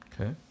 Okay